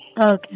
Okay